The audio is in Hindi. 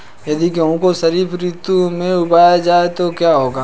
यदि गेहूँ को खरीफ ऋतु में उगाया जाए तो क्या होगा?